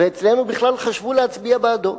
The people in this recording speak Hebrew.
ואצלנו בכלל חשבו להצביע בעדו,